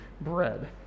bread